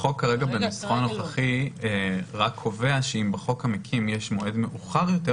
החוק כרגע בנוסחו הנוכחי רק קובע שאם בחוק המקים יש מועד מאוחר יותר,